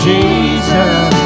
Jesus